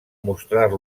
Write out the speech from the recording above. mostrar